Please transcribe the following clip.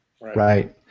Right